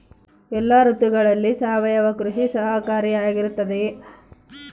ಎಲ್ಲ ಋತುಗಳಲ್ಲಿ ಸಾವಯವ ಕೃಷಿ ಸಹಕಾರಿಯಾಗಿರುತ್ತದೆಯೇ?